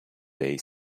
day